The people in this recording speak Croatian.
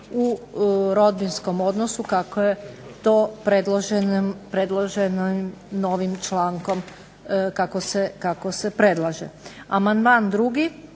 u rodbinskom odnosu kako je to predloženo novim člankom kako se predlaže. Amandman 2.